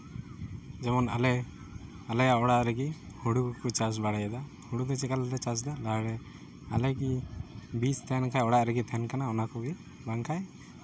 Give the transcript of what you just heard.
ᱡᱮᱢᱚᱱ ᱟᱞᱮ ᱟᱞᱮᱭᱟᱜ ᱚᱲᱟᱜ ᱨᱮᱜᱮ ᱦᱳᱲᱳ ᱠᱚᱠᱚ ᱪᱟᱥ ᱵᱟᱲᱟᱭᱮᱫᱟ ᱦᱳᱲᱳ ᱫᱚ ᱪᱮᱫ ᱞᱮᱠᱟ ᱠᱟᱛᱮ ᱞᱮ ᱪᱟᱥᱮᱫᱟ ᱞᱟᱦᱟ ᱨᱮ ᱟᱞᱮ ᱜᱤ ᱵᱤᱡᱽ ᱛᱟᱦᱮᱱ ᱠᱷᱟᱡ ᱚᱲᱟᱜ ᱨᱮᱜᱮ ᱛᱟᱦᱮᱱ ᱠᱟᱱᱟ ᱚᱱᱟ ᱠᱚᱜᱮ ᱵᱟᱝᱠᱷᱟᱡᱽ